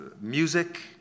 music